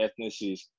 ethnicities